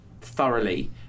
thoroughly